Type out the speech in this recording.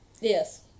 Yes